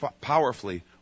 powerfully